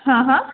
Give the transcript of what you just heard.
हँ हँ